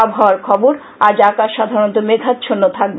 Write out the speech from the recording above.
আবহাওয়া আজ আকাশ সাধারণত মেঘাচ্ছন্ন থাকবে